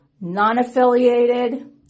non-affiliated